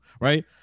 right